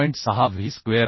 6 V square आहे